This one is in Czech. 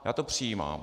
Já to přijímám.